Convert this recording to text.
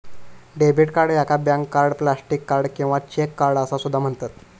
debit card याका bank card, plastic card किंवा cheque card असो सुद्धा म्हणतत